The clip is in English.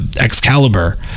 Excalibur